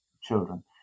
children